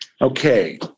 Okay